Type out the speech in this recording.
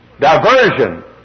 diversion